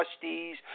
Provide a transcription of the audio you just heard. Trustees